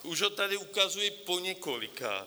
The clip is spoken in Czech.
Už ho tady ukazuji poněkolikáté.